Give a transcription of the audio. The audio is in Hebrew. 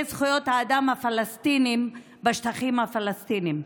זכויות האדם הפלסטיניים בשטחים הפלסטיניים.